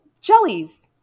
jellies